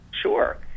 Sure